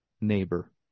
neighbor